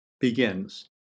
begins